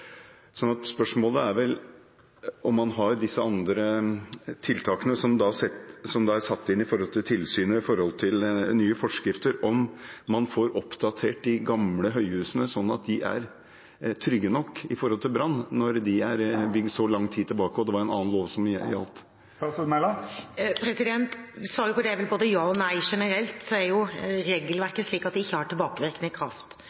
Spørsmålet er: Har man satt inn andre tiltak med tanke på tilsynet av nye forskrifter, og får man oppdatert de gamle høyhusene slik at de er trygge nok i tilfelle brann, når de er bygd så lang tid tilbake, og det var en annen lov som gjaldt? Svaret på det er vel både ja og nei. Generelt er regelverket slik at det ikke har tilbakevirkende kraft,